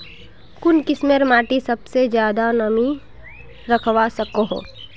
कुन किस्मेर माटी सबसे ज्यादा नमी रखवा सको हो?